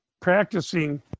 practicing